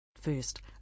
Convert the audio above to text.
First